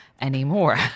anymore